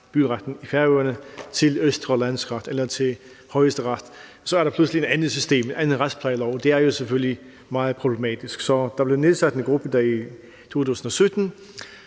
byretten i Færøerne, til Østre Landsret eller til Højesteret, så er det pludselig en anden retsplejelov. Det er jo selvfølgelig meget problematisk. Så der blev nedsat en gruppe i 2017,